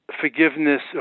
forgiveness